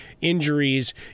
injuries